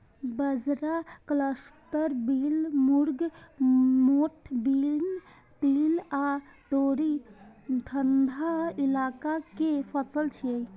बाजरा, cluster bean, मूंग, मोठ बीन, तिल आ तोरी ठंढा इलाका के फसल छियै